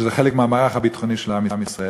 וזה חלק מהמערך הביטחוני של עם ישראל,